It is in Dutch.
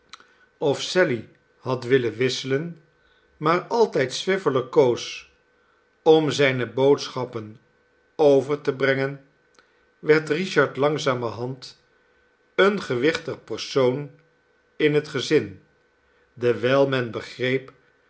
of sally had willen wisselen maar altijd swiveller koos om zijne boodschappen over te brengen werd richard langzamerhand een gewichtig persoon in het gezin dewijl men begreep